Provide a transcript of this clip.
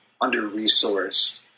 under-resourced